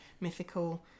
mythical